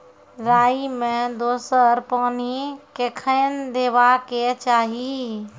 राई मे दोसर पानी कखेन देबा के चाहि?